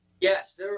Yes